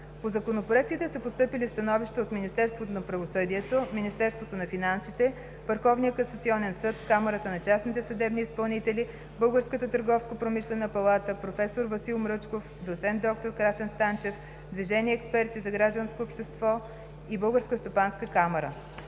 По законопроектите са постъпили становища от: Министерството на правосъдието, Министерството на финансите, Върховния касационен съд, Камарата на частните съдебни изпълнители, Българската търговско-промишлена палата, проф. Васил Мръчков, доц. д-р Красен Станчев, движението „Експерти за гражданското общество“ и Българската стопанска камара.